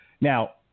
Now